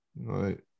right